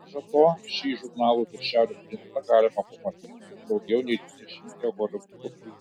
maža to šį žurnalų viršelių princą galima pamatyti ir daugiau nei dvidešimtyje holivudo filmų